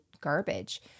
garbage